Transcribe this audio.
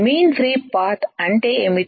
mean free path అంటే ఏమిటి